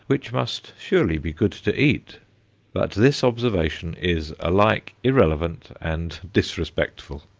which must surely be good to eat but this observation is alike irrelevant and disrespectful.